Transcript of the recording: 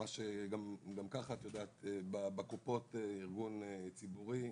גם ככה הקופות, שזה ארגון ציבורי,